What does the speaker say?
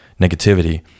negativity